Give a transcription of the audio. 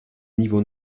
niveau